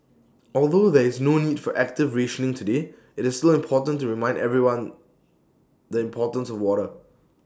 although there is no need for active rationing today IT is still important to remind everyone the importance of water